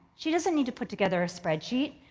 she doesn't need to put together a spreadsheet.